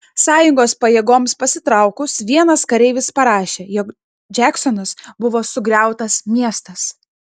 sąjungos pajėgoms pasitraukus vienas kareivis parašė jog džeksonas buvo sugriautas miestas